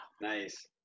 Nice